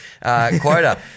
quota